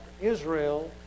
Israel